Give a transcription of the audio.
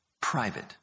private